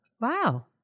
Wow